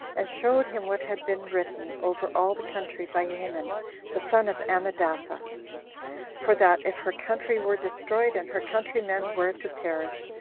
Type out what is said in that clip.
and showed him what had been written over all the country by haman the son of ammedatha for that if her country were destroyed, and her countrymen were to perish,